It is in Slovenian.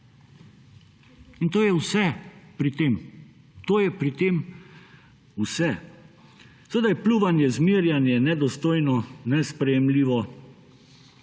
In to je vse pri tem. To je pri tem vse. Seveda je pljuvanje, zmerjanje nedostojno in nesprejemljivo,